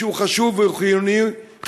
שהוא חשוב והוא חיוני,